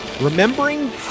Remembering